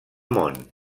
món